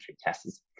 tests